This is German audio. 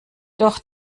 doch